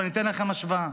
ואני אתן לכם השוואה: